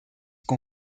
con